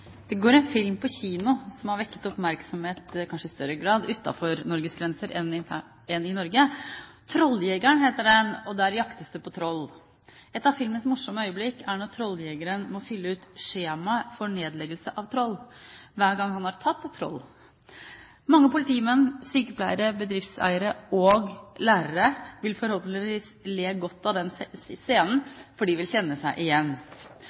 Det går en film på kino som har vakt oppmerksomhet, kanskje i større grad utenfor Norges grenser enn i Norge. Trolljegeren, heter den, og der jaktes det på troll. Et av filmens morsomme øyeblikk er når trolljegeren må fylle ut skjema for nedleggelse av troll hver gang han har tatt et troll. Mange politimenn, sykepleiere, bedriftseiere – og lærere – vil forhåpentligvis le godt av den scenen, for de vil kjenne seg igjen.